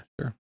sure